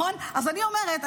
אז אני אומרת,